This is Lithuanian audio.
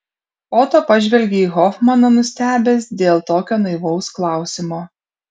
oto pažvelgė į hofmaną nustebęs dėl tokio naivaus klausimo